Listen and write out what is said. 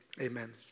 amen